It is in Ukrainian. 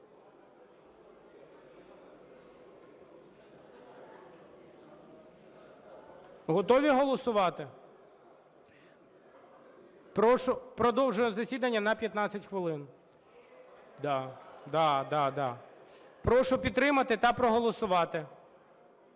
Готові голосувати? Продовжую засідання на 15 хвилин. Да, да, да. Прошу підтримати та проголосувати.